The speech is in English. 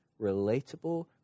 relatable